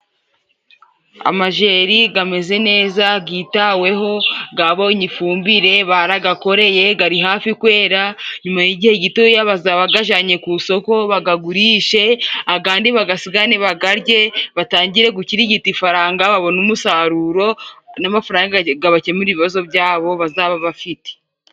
Amajeri gameze neza gitaweho gabonye ifumbire, baragakoreye gari hafi kwera nyuma y'igihe gito bazaba bagajanye ku isoko bagagurishe agandi bagasigarane bagarye, batangire gukirigita ifaranga babone umusaruro n'amafaranga gabakemurire ibibazo byabo bazaba bafite.